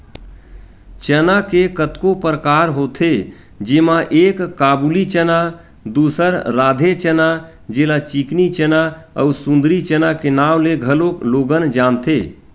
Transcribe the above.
चना के कतको परकार होथे जेमा एक काबुली चना, दूसर राधे चना जेला चिकनी चना अउ सुंदरी चना के नांव ले घलोक लोगन जानथे